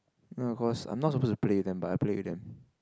no of course I'm not supposed to play with them but I play with them